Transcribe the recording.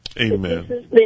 Amen